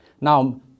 now